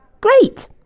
Great